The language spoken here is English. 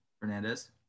Fernandez